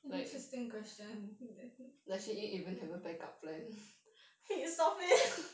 interesting question !hey! stop it